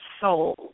soul